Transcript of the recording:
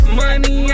money